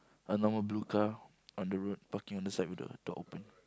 a normal blue car on the road parking on the side with the door open